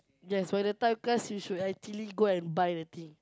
yes when the time comes you should actually go and buy the thing